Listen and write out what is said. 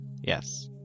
Yes